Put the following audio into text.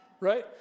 Right